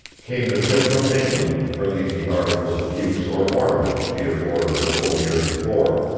came the ship from england bringing the articles of use or ornament she had ordered a full year before.